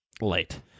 Late